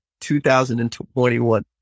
2021